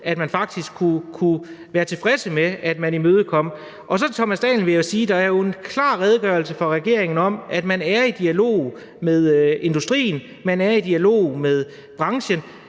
at man kunne være tilfreds med, at det blev imødekommet. Jeg vil sige til hr. Thomas Danielsen, at der jo er en klar redegørelse fra regeringen om, at man er i dialog med industrien, at man er i dialog med branchen,